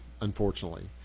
unfortunately